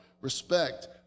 respect